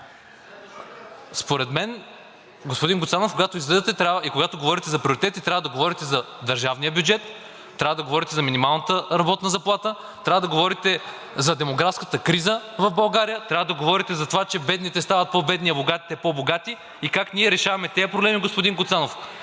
Според мен, господин Гуцанов, когато излизате и когато говорите за приоритети, трябва да говорите за държавния бюджет, трябва да говорите за минималната работна заплата, трябва да говорите за демографската криза в България, трябва да говорите за това, че бедните стават по-бедни, а богатите по-богати и как ние решаваме тези проблеми, господин Гуцанов.